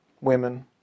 women